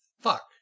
fuck